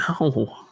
No